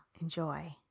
Enjoy